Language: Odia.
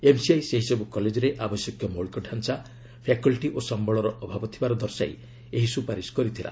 ଏମ୍ସିଆଇ ସେହିସବୁ କଲେଜରେ ଆବଶ୍ୟକୀୟ ମୌଳିକଡାଞ୍ଚା ପାକଲ୍ଟି ଓ ସମ୍ଭଳ ଅଭାବ ଥିବାର ଦର୍ଶାଇ ଏହି ସୁପାରିସ କରିଥିଲା